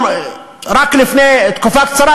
רק לפני תקופה קצרה,